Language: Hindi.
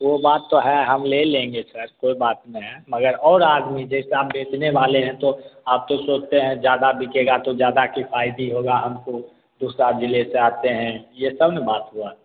वह बात तो है हम ले लेंगे सर कोई बात नहीं है मगर और आदमी जैसे हम बेचने वाले हैं तो आप तो सोचते हैं ज़्यादा बिकेगा तो ज़्यादा किफ़ायती होगा हमको दूसरा ज़िले से आते हैं यह सब ना बात हुआ